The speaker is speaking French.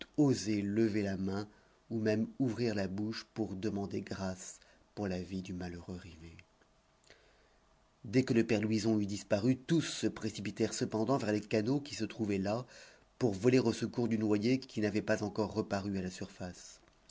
osé lever la main ou même ouvrir la bouche pour demander grâce pour la vie du malheureux rivet dès que le père louison eut disparu tous se précipitèrent cependant vers les canots qui se trouvaient là pour voler au secours du noyé qui n'avait pas encore reparu à la surface